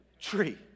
tree